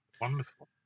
Wonderful